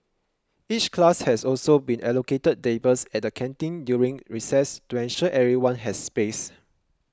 each class has also been allocated tables at the canteen during recess to ensure everyone has space